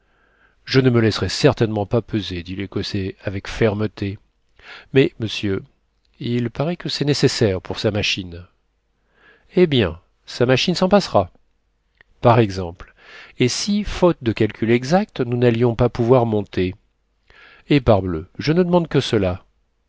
je ne me laisserai certainement pas peser dit l'écossais avec fermeté mais monsieur il paraît que c'est nécessaire pour sa machine eh bien sa machine s'en passera par exemple et si faute de calculs exacts nous nallions pas pouvoir monter eh parbleu je ne demande que cela